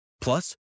Plus